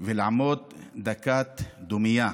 לעמוד דקת דומייה